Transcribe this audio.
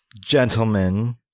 gentlemen